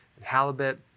halibut